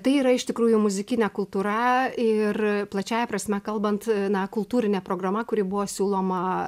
tai yra iš tikrųjų muzikinė kultūra ir plačiąja prasme kalbant na kultūrinė programa kuri buvo siūloma